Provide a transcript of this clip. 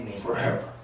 forever